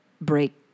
break